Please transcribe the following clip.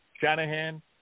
Shanahan